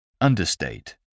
Understate